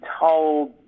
told